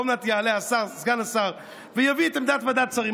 ועוד מעט יעלה סגן השר ויביא את עמדת ועדת השרים,